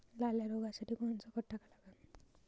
लाल्या रोगासाठी कोनचं खत टाका लागन?